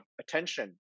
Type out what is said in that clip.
attention